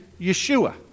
Yeshua